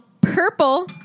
purple